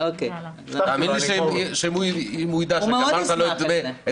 תאמין לי שאם הוא יידע שסיימת לו את